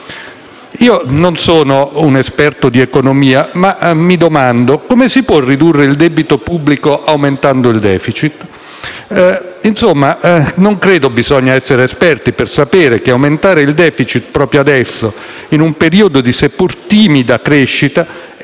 Io non sono un esperto di economia, ma mi domando: come si può ridurre il debito pubblico aumentando il *deficit*? Non credo occorra essere esperti per sapere che aumentare il *deficit* proprio adesso, in un periodo di seppur timida crescita, è quanto